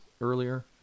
earlier